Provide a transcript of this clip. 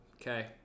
Okay